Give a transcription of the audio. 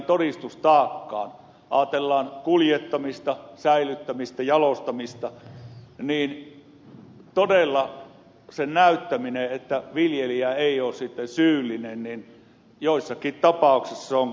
jos ajatellaan kuljettamista säilyttämistä jalostamista niin todella sen näyttäminen että viljelijä ei ole sitten syyllinen on joissakin tapauksissa kohtuutonta